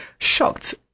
shocked